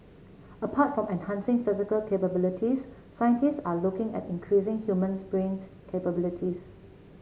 apart from enhancing physical capabilities scientists are looking at increasing human's brain capabilities